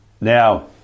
now